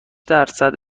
درصد